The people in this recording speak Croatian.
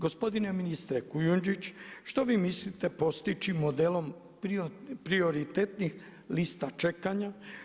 Gospodine ministre Kujundžić što vi mislite postići modelom prioritetnih lista čekanja?